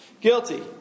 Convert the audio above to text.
Guilty